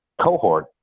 cohort